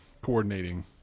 coordinating